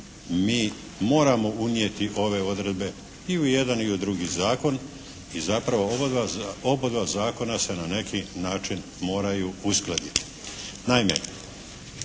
mi moramo unijeti ove odredbe i u jedan i u drugi zakon i zapravo obadva zakona se na neki način moraju uskladiti. Naime,